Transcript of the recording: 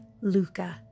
Luca